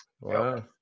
Wow